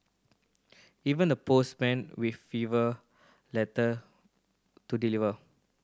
even the postmen with fever letter to deliver